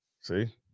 See